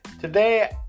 Today